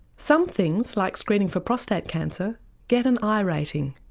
some things like screening for prostate cancer get an i rating.